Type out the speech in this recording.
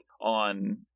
on